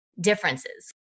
differences